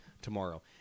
tomorrow